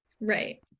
right